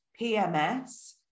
PMS